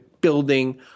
building